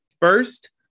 First